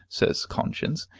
says conscience,